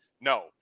no